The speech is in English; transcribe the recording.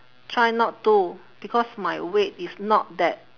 try not to because my weight is not that